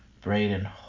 Braden